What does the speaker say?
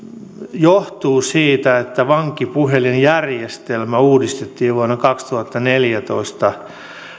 johtuu erityisesti siitä että vankipuhelinjärjestelmä uudistettiin vuonna kaksituhattaneljätoista